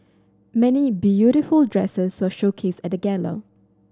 many beautiful dresses were showcased at gala